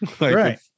Right